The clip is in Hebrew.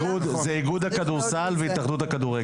זה איגוד הכדורסל והתאחדות הכדורגל.